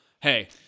Hey